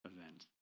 event